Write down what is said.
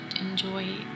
enjoy